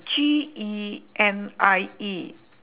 G E N I E